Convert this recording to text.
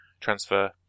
transfer